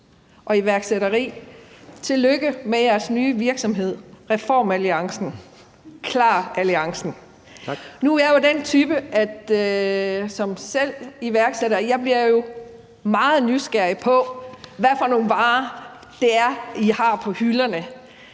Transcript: til iværksætteri. Tillykke med jeres nye virksomhed: reformalliancen, KLAR-alliancen. Nu er jeg jo den type, som selv er iværksætter, og jeg bliver meget nysgerrig på, hvad for nogle varer det er, I har på hylderne.